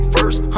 First